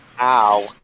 Ow